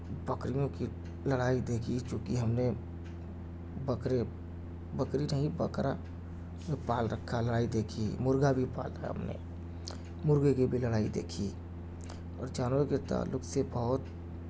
بکریوں کی لڑائی دیکھی چونکہ ہم نے بکرے بکری نہیں بکرا پال رکھا لڑائی دیکھی ہے مرغہ بھی پالا ہے ہم نے مرغے کی بھی لڑائی دیکھی اور چاروں کے تعلق سے بہت